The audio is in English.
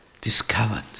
discovered